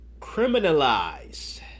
criminalize